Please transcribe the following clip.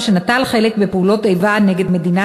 התשע"ג 2013. יציג את הצעת החוק סגן שר הביטחון דני דנון,